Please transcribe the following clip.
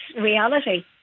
reality